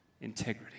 integrity